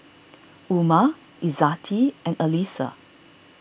Umar Izzati and Alyssa